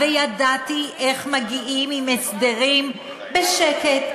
וידעתי איך מגיעים להסדרים בשקט,